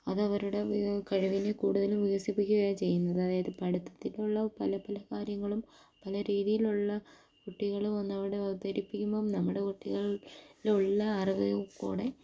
അതവരുടെ കഴിവിനെ കൂടുതലും വികസിപ്പിക്കുകയാണ് ചെയ്യുന്നത് അതായത് പഠിത്തത്തിലുള്ള പല പല കാര്യങ്ങളും പല രീതിയിലുള്ള കുട്ടികളും അന്ന് അവിടെ അവതരിപ്പിക്കുമ്പോൾ നമ്മുടെ കുട്ടികളിലുള്ള അറിവ് കൂടെ